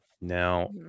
Now